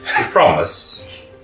Promise